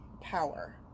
power